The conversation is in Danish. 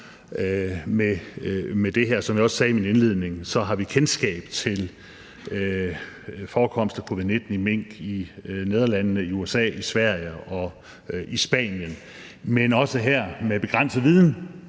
med det her. Som jeg også sagde i indledningen, har vi kendskab til forekomst af covid-19 i mink i Nederlandene, i USA, i Sverige og i Spanien, men også her er der begrænset viden